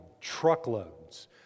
truckloads